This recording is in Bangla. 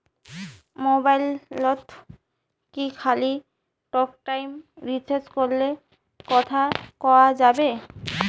মোবাইলত কি খালি টকটাইম রিচার্জ করিলে কথা কয়া যাবে?